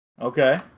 okay